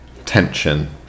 tension